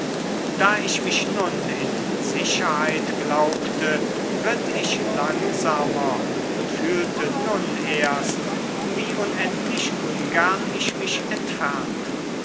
da ich mich nun in sicherheit glaubte ritt ich langsamer und fühlte nun erst wie unendlich ungern ich mich entfernte